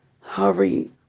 Hurry